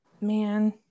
Man